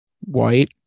White